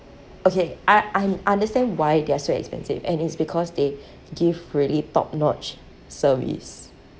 okay I I understand why they're so expensive and it's because they give really top notch service